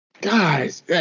Guys